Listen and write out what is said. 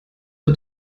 hat